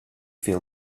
feel